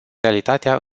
realitatea